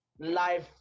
life